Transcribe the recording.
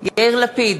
יאיר לפיד,